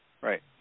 right